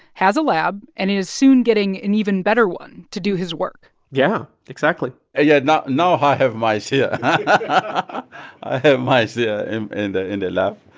has a lab and is soon getting an even better one to do his work yeah. exactly ah yeah. now now i have mice here. and i have mice here in the and lab.